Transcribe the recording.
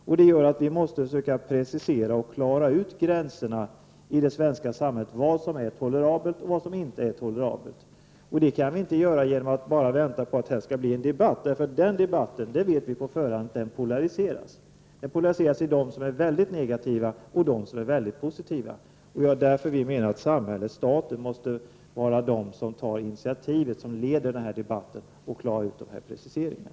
Vi måste i det svenska samhället söka precisera och klara ut gränserna för vad som är tolerabelt och inte tolerabelt. Det kan vi inte göra genom att enbart vänta på en debatt. Vi vet på förhand att den debatten polariseras till dem som är mycket negativa och till dem som är mycket positiva. Jag menar därför att samhället, dvs. staten, måste vara den som tar initiativet och som leder debatten och klarar ut dessa preciseringar.